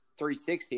360